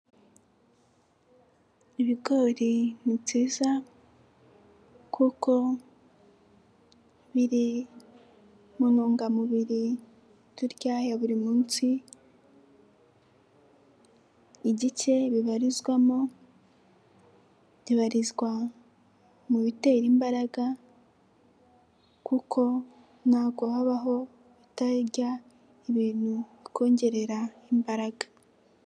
Ibigori ni nziza kuko biri mu ntungamubiri turya ya buri munsi igice bibarizwamo bibarizwa mu bitera imbaraga kuko ntago wabaho utarya ibintu bikongerera imbaraga.